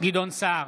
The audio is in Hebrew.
גדעון סער,